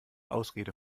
ausrede